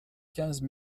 quinze